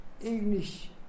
English